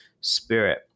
Spirit